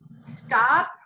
stop